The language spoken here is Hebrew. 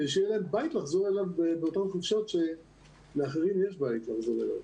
כדי שיהיה להם בית לחזור אליו באותן חופשות שלאחרים יש בית לחזור אליו.